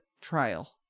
trial